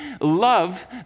Love